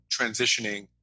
transitioning